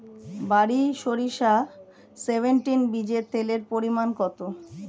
বারি সরিষা সেভেনটিন বীজে তেলের পরিমাণ কত?